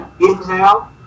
inhale